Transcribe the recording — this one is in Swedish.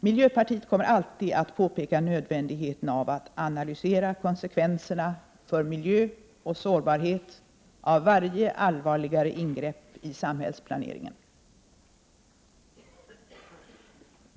Miljöpartiet kommer alltid att påpeka nödvändigheten av att analysera konsekvenserna för miljö och sårbarhet av varje allvarligare ingrepp i samhällsplaneringen.